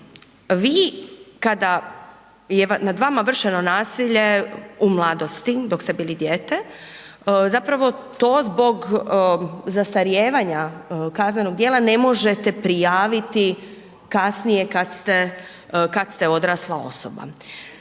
vi kada je nad vama vršeno nasilje u mladosti, dok ste bili dijete, zapravo to zbog zastarijevanja kaznenog djela ne možete prijaviti kasnije kada ste odrasla osoba